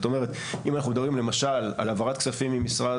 אם אנחנו מדברים למשל על העברת כספים ממשרד